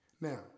Now